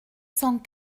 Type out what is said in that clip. cent